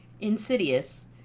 Insidious